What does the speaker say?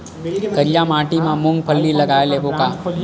करिया माटी मा मूंग फल्ली लगय लेबों का?